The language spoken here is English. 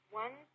one